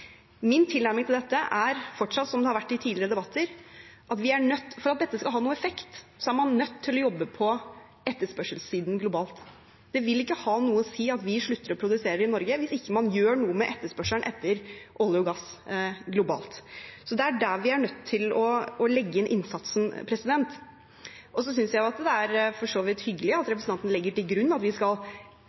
Min tilnærming til dette er fortsatt, som den har vært i tidligere debatter, at for at dette skal ha noen effekt er man nødt til å jobbe på etterspørselssiden globalt. Det vil ikke ha noe å si at vi slutter å produsere i Norge hvis man ikke gjør noe med etterspørselen etter olje og gass globalt, så det er der vi er nødt til å legge inn innsatsen. Så synes jeg for så vidt det er hyggelig at representanten legger til grunn